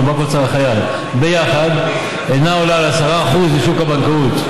ובנק אוצר החייל ביחד אינה עולה על 10% משוק הבנקאות.